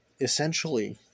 Essentially